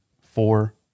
four